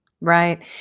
Right